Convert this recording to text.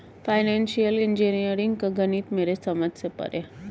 financial engineering का गणित मेरे समझ से परे है